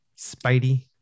Spidey